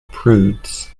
prudes